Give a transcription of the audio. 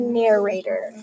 narrator